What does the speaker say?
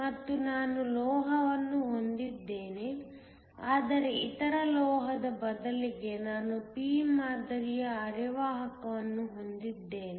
ಮತ್ತು ನಾನು ಲೋಹವನ್ನು ಹೊಂದಿದ್ದೇನೆ ಆದರೆ ಇತರ ಲೋಹದ ಬದಲಿಗೆ ನಾನು p ಮಾದರಿಯ ಅರೆವಾಹಕವನ್ನು ಹೊಂದಿದ್ದೇನೆ